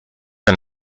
and